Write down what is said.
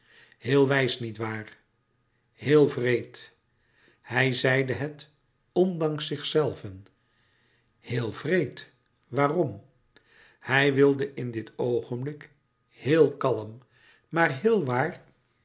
heel wijs niet waar heel wreed hij zeide het ondanks zichzelven heel wreed waarom hij wilde in dit oogenblik heel kalm maar heel waar